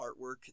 artwork